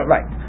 Right